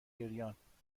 گریاننمیدونم، تو